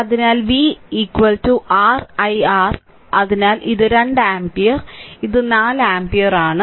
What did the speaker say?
അതിനാൽ v r i R അതിനാൽ ഇത് 2 ആമ്പിയർ ഇത് 4 ആമ്പിയർ ആണ്